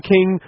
King